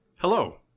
Hello